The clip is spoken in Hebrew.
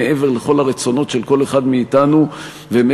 מעבר לכל הרצונות של כל אחד מאתנו ומעבר